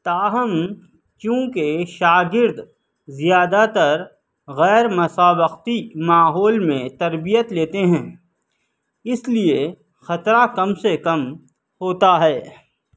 تاہم چونکہ شاگرد زیادہ تر غیر مسابقتی ماحول میں تربیت لیتے ہیں اِس لیے خطرہ کم سے کم ہوتا ہے